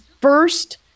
first